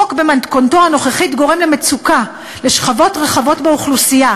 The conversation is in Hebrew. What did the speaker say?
החוק במתכונתו הנוכחית גורם מצוקה לשכבות רחבות באוכלוסייה